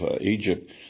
Egypt